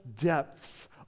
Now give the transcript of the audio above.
depths